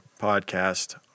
podcast